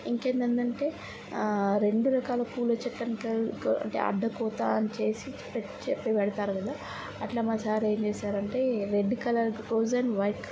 ఇంకేందందంటే రెండు రకాల పూల చెట్లను అంటే అడ్డకోత అని చేసి చెట్టు పెడతారు అందులో అట్లా మా సార్ ఏం చేశారంటే red colour rose and white